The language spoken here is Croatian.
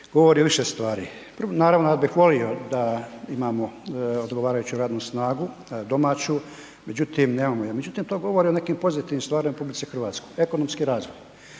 govori više stvari. Naravno ja bih volio da imamo odgovarajuću radnu snagu domaću, međutim nemamo je. Međutim to govori o nekim pozitivnim stvarima o RH, ekonomski razvoj,